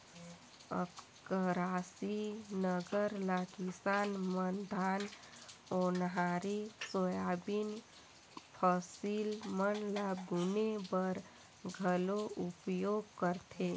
अकरासी नांगर ल किसान मन धान, ओन्हारी, सोयाबीन फसिल मन ल बुने बर घलो उपियोग करथे